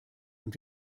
und